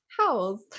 howls